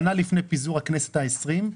שנה לפני פיזור הכנסת ה-20.